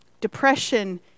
Depression